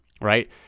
right